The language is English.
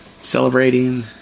Celebrating